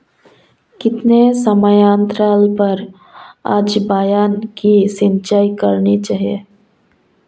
कितने समयांतराल पर अजवायन की सिंचाई करनी चाहिए?